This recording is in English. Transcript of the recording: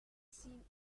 seemed